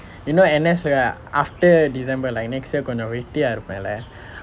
you know N_S இல்ல:illa after december like next year கொஞ்சம் வெட்டியா இருப்பேன் இல்லே:koncham vettiyaa irupen illae